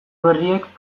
berriek